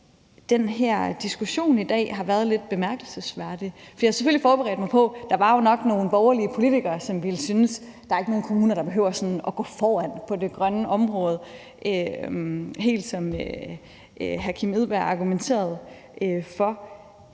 den her diskussion i dag har været lidt bemærkelsesværdig. Jeg havde selvfølgelig forberedt mig på, at der jo nok var nogle borgerlige politikere, som ville synes, at der ikke er nogen kommuner, der behøver at gå foran på det grønne område, helt som hr. Kim Edberg Andersen argumenterede for.